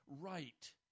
right